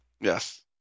Yes